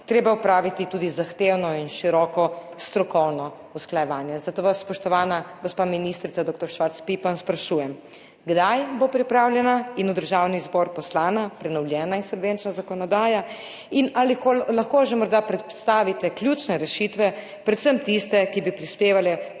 treba opraviti tudi zahtevno in široko strokovno usklajevanje. Zato vas, spoštovana gospa ministrica dr. Švarc Pipan, sprašujem: Kdaj bo pripravljena in v Državni zbor poslana prenovljena insolvenčna zakonodaja? Ali morda lahko že predstavite ključne rešitve, predvsem tiste, ki bi prispevale